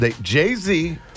Jay-Z